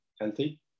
healthy